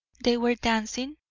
they were dancing,